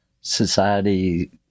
society